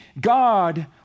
God